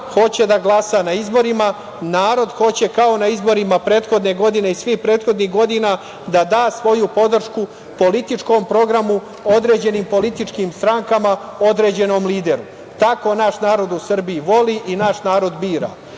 hoće da glasa na izborima, narod hoće, kao na izborima prethodne godine i svih prethodnih godina, da da svoju podršku političkom programu, određenim političkim strankama, određenom lideru. Tako naš narod u Srbiji voli i naš narod bira.S